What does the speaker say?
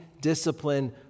discipline